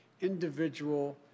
individual